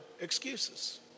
excuses